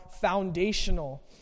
foundational